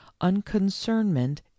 unconcernment